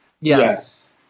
yes